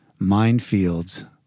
minefields